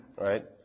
Right